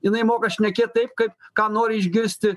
jinai moka šnekėt taip kad ką nori išgirsti